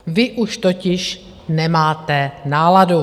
Vy už totiž nemáte náladu.